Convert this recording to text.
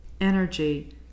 energy